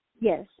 Yes